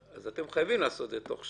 אתם חייבים לעשות את זה בתוך שנה.